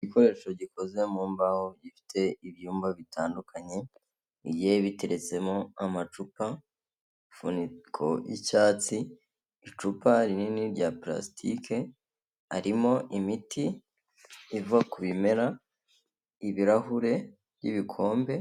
Igikoresho gikoze mu mbahoho gifite ibyumba bitandukanyeye biteretsemo amacupa funiko y'icyatsi icupa rinini rya plasitiki arimo imiti iva ku bimera ibirahure by'ibikombe.